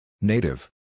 Native